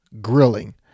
grilling